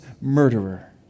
murderer